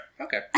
okay